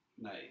night